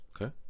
Okay